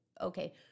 okay